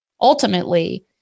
ultimately